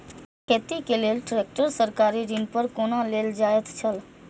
खेती के लेल ट्रेक्टर सरकारी ऋण पर कोना लेल जायत छल?